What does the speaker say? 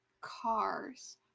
cars